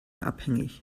abhängig